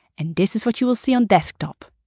and this is what you will see on desktop.